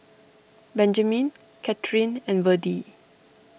Benjamin Kathyrn and Verdie